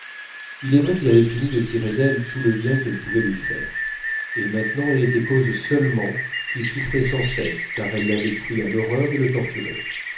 il est vrai qu'il avait fini de tirer d'elle tout le bien qu'elle pouvait lui faire et maintenant elle était cause seulement qu'il souffrait sans cesse car elle l'avait pris en horreur et le torturait